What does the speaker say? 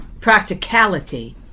practicality